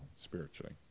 spiritually